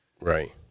Right